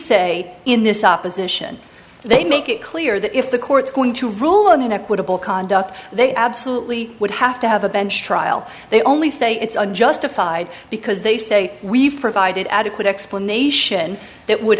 say in this opposition they make it clear that if the court's going to rule on an equitable conduct they absolutely would have to have a bench trial they only say it's unjustified because they say we've provided adequate explanation that would